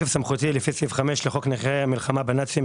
התשפ"ג-2022 "בתוקף סמכותי לפי סעיף 5 לחוק נכי המלחמה בנאצים,